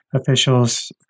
officials